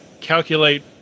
calculate